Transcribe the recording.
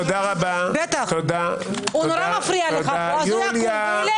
הוא נורא מפריע לך אז הוא ילך.